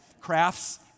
Crafts